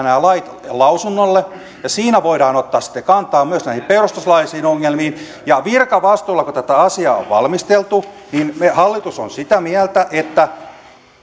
nämä lait lähtevät lausunnolle ja siinä voidaan ottaa sitten kantaa myös näihin perustuslaillisiin ongelmiin ja kun virkavastuulla tätä asiaa on valmisteltu niin hallitus on sitä mieltä että